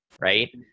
right